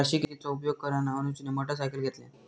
वार्षिकीचो उपयोग करान अनुजने मोटरसायकल घेतल्यान